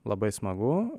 labai smagu